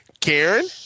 Karen